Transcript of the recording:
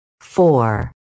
Four